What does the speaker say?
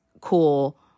cool